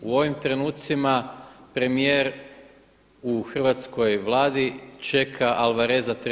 U ovim trenucima premijer u hrvatskoj Vladi čeka Alvareza III.